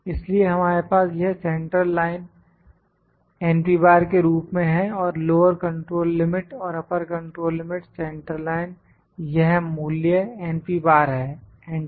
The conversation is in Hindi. इसलिए हमारे पास यह सेंटर लाइन के रूप में है और लोअर कंट्रोल लिमिट और upper control limit central line यह मूल्य है एंटर